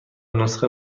نسخه